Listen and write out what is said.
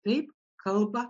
taip kalba